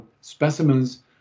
specimens